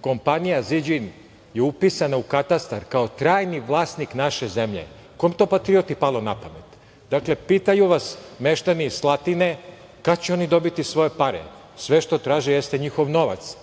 kompanija „Zijin“ je upisana u katastar kao trajni vlasnik naše zemlje. Kom to patrioti je palo na pamet? Dakle, pitaju vas meštani Slatine kada će oni dobiti svoje pare. Sve što traže jeste njihov novac.